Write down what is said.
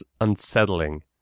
unsettling